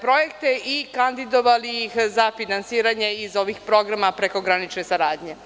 projekte i kandidovali ih za finansiranje iz ovih programa prekogranične saradnje.